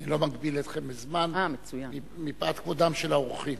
אני לא מגביל אתכם בזמן מפאת כבודם של האורחים.